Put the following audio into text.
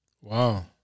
Wow